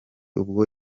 ubwo